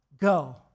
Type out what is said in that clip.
go